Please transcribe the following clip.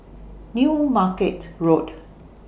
New Market Road